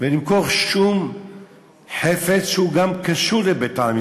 ולמכור שום חפץ שהוא, גם קשור לבית-העלמין.